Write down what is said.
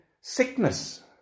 sickness